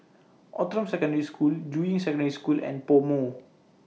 Outram Secondary School Juying Secondary School and Pomo